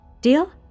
Deal